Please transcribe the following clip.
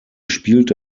spielte